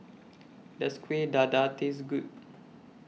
Does Kueh Dadar Taste Good